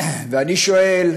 ואני שואל: